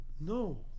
No